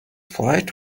flight